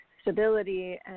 stability